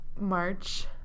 March